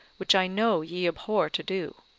which i know ye abhor to do.